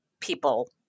people